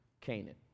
Canaan